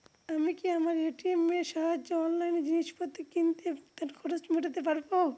আমি কি আমার এ.টি.এম এর সাহায্যে অনলাইন জিনিসপত্র কিনতে এবং তার খরচ মেটাতে পারব?